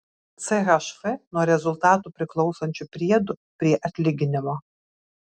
chf nuo rezultatų priklausančių priedų prie atlyginimo